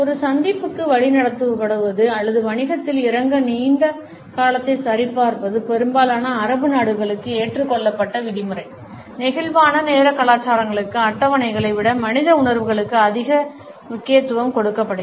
ஒரு சந்திப்புக்கு வழிநடத்தப்படுவது அல்லது வணிகத்தில் இறங்க நீண்ட காலத்தைச் சரிபார்ப்பது பெரும்பாலான அரபு நாடுகளுக்கு ஏற்றுக்கொள்ளப்பட்ட விதிமுறை நெகிழ்வான நேர கலாச்சாரங்களுக்கு அட்டவணைகளை விட மனித உணர்வுகளுக்கு அதிக முக்கியத்துவம் கொடுக்கப்படுகிறது